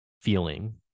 feeling